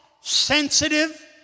sensitive